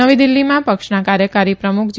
નવી દિલ્ફીમાં પક્ષના કાર્યકારી પ્રમૂખ જે